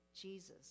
Jesus